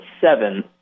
seven